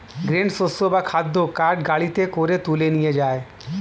grain শস্য বা খাদ্য কার্ট গাড়িতে করে তুলে নিয়ে যায়